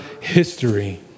history